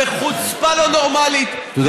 בחוצפה לא נורמלית,